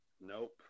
Nope